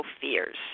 fears